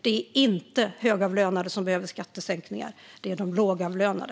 Det är inte de högavlönade som behöver skattesänkningar. Det är de lågavlönade.